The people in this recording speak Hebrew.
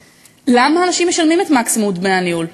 למה אנשים משלמים את מקסימום דמי הניהול?